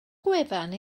gwefan